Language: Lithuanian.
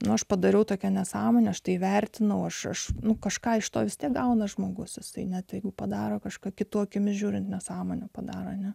nuo aš padariau tokią nesąmonę štai įvertinau aš kažką iš to vis tiek gauna žmogus tai ne tegu padaro kažką kitų akimis žiūrint nesąmonių padarome